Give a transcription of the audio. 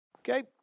Okay